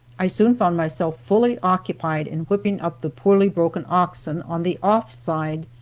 i soon found myself fully occupied in whipping up the poorly broken oxen on the off side,